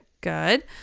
Good